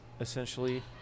essentially